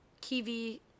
Kiwi